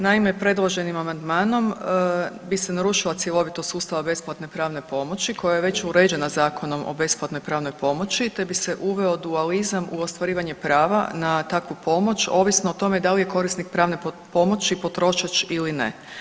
Naime, predloženim amandmanom bi se narušila cjelovitost sustava besplatne pravne pomoći koja je već uređena Zakonom o besplatnoj pravnoj pomoći, te bi se uveo dualizam u ostvarivanje prava na takvu pomoć ovisno o tome da li je korisnik pravne pomoći potrošač ili ne.